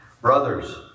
Brothers